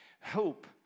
Hope